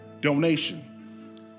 donation